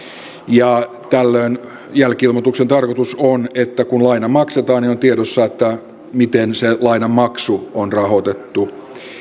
ja tällöin jälki ilmoituksen tarkoitus on se että kun laina maksetaan on tiedossa miten se lainan maksu on rahoitettu